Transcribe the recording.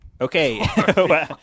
Okay